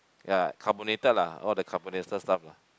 ya carbonated lah all the carbonated stuff lah